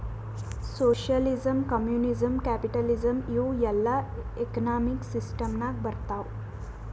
socialism, communism, capitalism ಇವೂ ಎಲ್ಲಾ economic system ನಾಗ್ ಬರ್ತಾವ್